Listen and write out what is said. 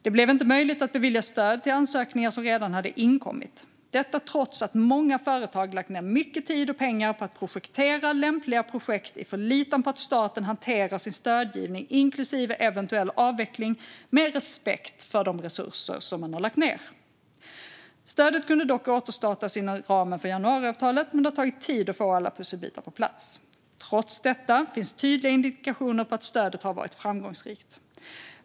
Det blev inte möjligt att bevilja stöd till ansökningar som redan hade inkommit, detta trots att många företag lagt ned mycket tid och pengar för att projektera lämpliga projekt i förlitan på att staten hanterar sin stödgivning, inklusive eventuell avveckling, med respekt för de resurser som man har lagt ned. Stödet kunde dock återstartas inom ramen för januariavtalet, men det har tagit tid att få alla pusselbitar på plats. Trots detta finns tydliga indikationer på att stödet har varit framgångsrikt.